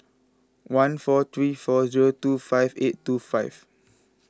one four three four zero two five eight two five